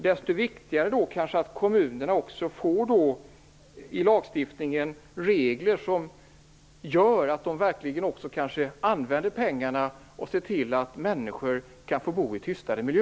Desto viktigare är det att kommunerna i lagstiftningen får regler som gör att de verkligen använder pengarna och ser till att människor kan få bo i tystare miljö.